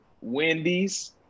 Wendy's